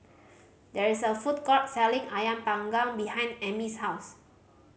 there is a food court selling Ayam Panggang behind Amey's house